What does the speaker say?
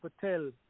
Patel